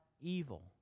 evil